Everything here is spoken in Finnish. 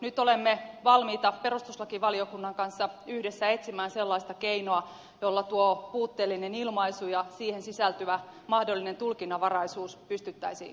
nyt olemme valmiita perustuslakivaliokunnan kanssa yhdessä etsimään sellaista keinoa jolla tuo puutteellinen ilmaisu ja siihen sisältyvä mahdollinen tulkinnanvaraisuus pystyttäisiin korjaamaan